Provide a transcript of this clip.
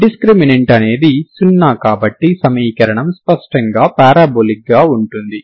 discriminant అనునది 0 కాబట్టి సమీకరణం స్పష్టంగా పారాబొలిక్గా ఉంటుంది